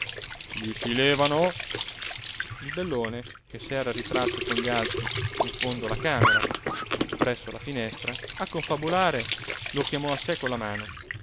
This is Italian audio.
gli si levano il bellone che s'era ritratto con gli altri in fondo alla camera presso la finestra a confabulare lo chiamò a sé con la mano